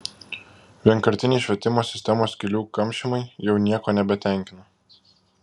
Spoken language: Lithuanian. vienkartiniai švietimo sistemos skylių kamšymai jau nieko nebetenkina